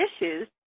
issues